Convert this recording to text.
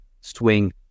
swing